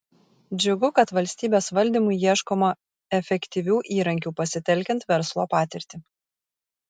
džiugu kad valstybės valdymui ieškoma efektyvių įrankių pasitelkiant verslo patirtį